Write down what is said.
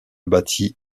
battit